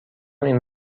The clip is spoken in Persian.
این